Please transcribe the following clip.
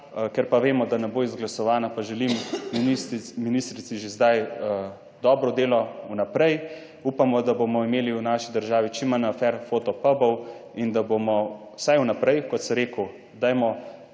Ker pa vemo, da ne bo izglasovana, pa želim ministrici, ministrici že zdaj dobro delo. Vnaprej upamo, da bomo imeli v naši državi čim manj afer, Fotopubov in da bomo vsaj vnaprej, kot sem rekel, dajmo